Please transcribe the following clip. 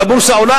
הבורסה עולה,